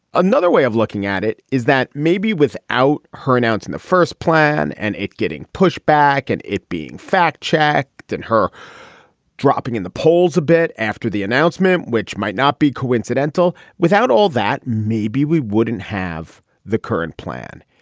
another way of looking at it is that maybe without her announcing the first plan and it getting pushed back and it being fact checked and her dropping in the polls a bit after the announcement which might not be coincidental. without all that maybe we wouldn't have the current plan.